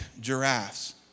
giraffes